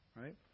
right